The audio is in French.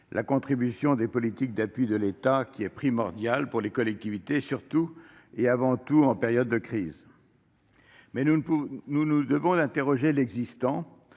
la contribution des politiques d'appui de l'État, qui est primordiale pour les collectivités, surtout et avant tout en période de crise. Pour autant, nous nous devons d'interroger l'existant,